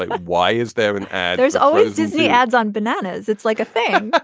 like why is there an ad? there's always disney ads on bananas. it's like a fad.